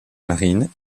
marine